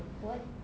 what